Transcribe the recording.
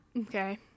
Okay